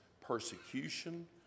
persecution